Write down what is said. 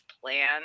plan